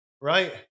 right